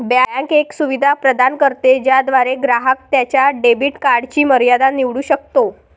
bank एक सुविधा प्रदान करते ज्याद्वारे ग्राहक त्याच्या डेबिट कार्डची मर्यादा निवडू शकतो